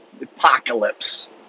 Apocalypse